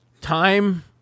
time